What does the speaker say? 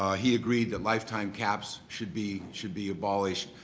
ah he agreed that lifetime caps should be should be abolished,